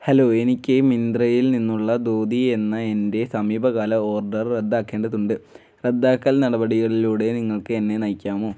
hello എനിക്ക് മിന്ത്രയിൽ നിന്നുള്ള ധോതി എന്ന എൻ്റെ സമീപകാല ഓർഡർ റദ്ദാക്കേണ്ടതുണ്ട് റദ്ദാക്കൽ നടപടികളിലൂടെ നിങ്ങൾക്ക് എന്നെ നയിക്കാമോ